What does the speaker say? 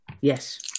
Yes